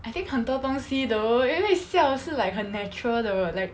I think 很多东西 though 因为笑是 like 很 natural 的 like